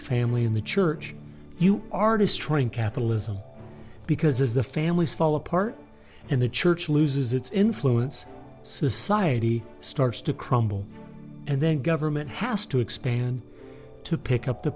family in the church you are destroying capitalism because as the families fall apart and the church loses its influence society starts to crumble and then government has to expand to pick up the